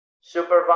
supervise